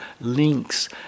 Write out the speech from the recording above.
links